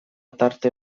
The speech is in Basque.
tarte